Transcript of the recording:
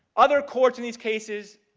other courts in these cases